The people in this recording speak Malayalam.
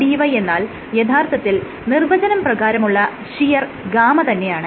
dxdy എന്നാൽ യഥാർത്ഥത്തിൽ നിർവചനം പ്രകാരമുള്ള ഷിയർ γ തന്നെയാണ്